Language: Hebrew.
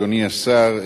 אדוני השר,